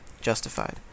justified